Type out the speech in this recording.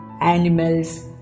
animals